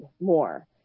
more